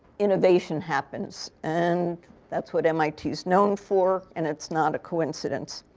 innovation happens. and that's what mit is known for. and it's not a coincidence.